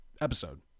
episode